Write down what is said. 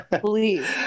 Please